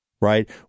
right